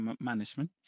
management